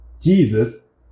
Jesus